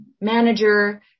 manager